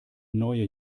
neue